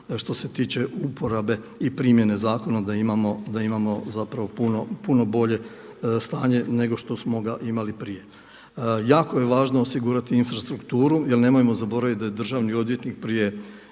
što se tiče uporabe i primjene zakona da imamo zapravo puno bolje stanje nego što smo ga imali prije. Jako je važno osigurati infrastrukturu jer nemojmo zaboraviti da je državni odvjetnik prije